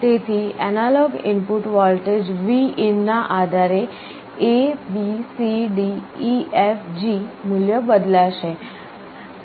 તેથી analogue input voltage Vin ના આધારે A B C D E F G મૂલ્યો બદલાશે